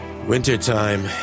Wintertime